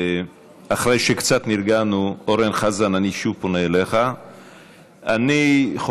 אחרי שקצת נרגענו, אורן חזן, אני שוב פונה אליך.